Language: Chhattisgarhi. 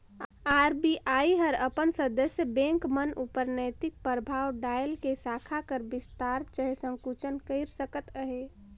आर.बी.आई हर अपन सदस्य बेंक मन उपर नैतिक परभाव डाएल के साखा कर बिस्तार चहे संकुचन कइर सकत अहे